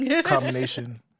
combination